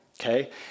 okay